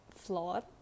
flawed